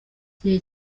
igihe